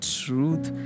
truth